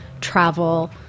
travel